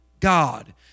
God